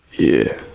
yeah